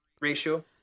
ratio